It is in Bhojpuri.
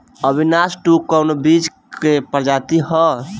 अविनाश टू कवने बीज क प्रजाति ह?